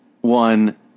one